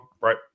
Right